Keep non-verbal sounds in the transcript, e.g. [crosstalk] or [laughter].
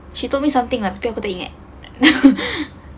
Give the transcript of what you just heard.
she told me something lah tapi aku tak ingat [laughs]